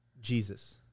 Jesus